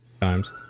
times